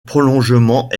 prolongement